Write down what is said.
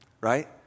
right